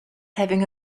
having